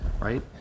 right